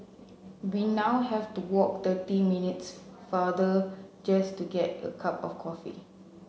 we now have to walk twenty minutes farther just to get a cup of coffee